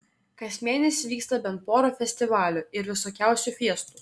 kas mėnesį vyksta bent pora festivalių ir visokių fiestų